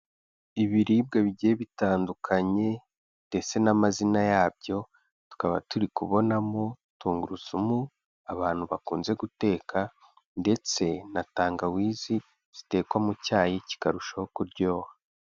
Ibiribwa bigiye bitandukanye ndetse n'amazina yabyo, tukaba turi kubonamo tungurusumu abantu bakunze guteka ndetse na tangawizi zitekwa mu cyayi kikarushaho kuryoha.